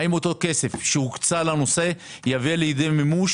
האם אותו כסף שהוקצה לנושא יבוא לידי מימוש